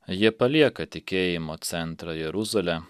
jie palieka tikėjimo centrą jeruzalę